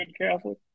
Catholic